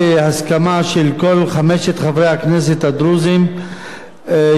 הדרוזים וחתומה על-ידי חבר הכנסת חמד עמאר,